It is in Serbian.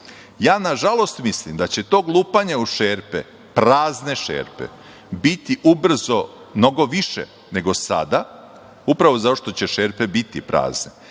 nažalost mislim da će tog lupanja u šerpe, prazne šerpe biti ubrzo mnogo više nego sada, upravo zato što će šerpe biti prazne,